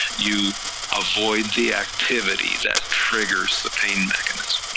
you avoid the activity that triggers the pain mechanism.